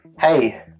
hey